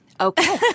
Okay